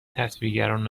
تصویرگران